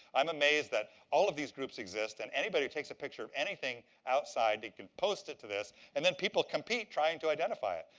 i'm amazed that all of these groups exist, and anybody who takes a picture of anything outside, they can post it to this, and then people compete trying to identify it.